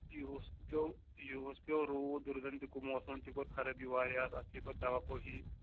یِہُس پٮ۪و یِہُس پٮ۪و روٗد روٗدن تہِ کوٚر موسمَن تہِ کوٚر خرٲبی واریاہ اَتھ اَتھ پیٚیہِ پَتہٕ دوا پٲشی